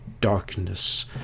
darkness